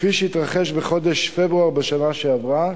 כפי שהתרחש בחודש פברואר בשנה שעברה.